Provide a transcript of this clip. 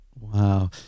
Wow